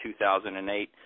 2008